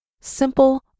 Simple